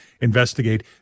investigate